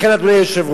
לכן, אדוני היושב-ראש,